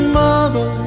mother